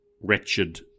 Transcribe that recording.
wretched